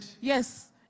Yes